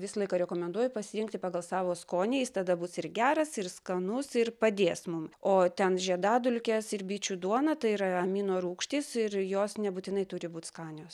visą laiką rekomenduoju pasirinkti pagal savo skonį jis tada bus ir geras ir skanus ir padės mum o ten žiedadulkės ir bičių duona tai yra amino rūgštys ir jos nebūtinai turi būt skanios